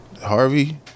harvey